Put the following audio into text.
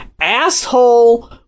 asshole